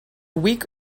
weak